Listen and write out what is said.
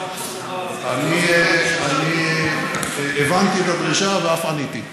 אני הבנתי את הדרישה, ואף עניתי.